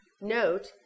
Note